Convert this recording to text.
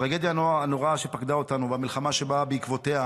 הטרגדיה הנוראה שפקדה אותנו והמלחמה שבאה בעקבותיה,